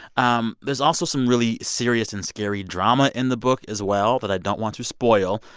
um there's also some really serious and scary drama in the book as well that i don't want to spoil,